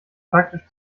praktisch